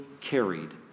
carried